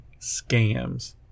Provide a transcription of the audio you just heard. scams